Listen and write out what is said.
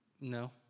No